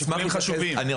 רק